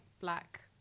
black